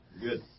Good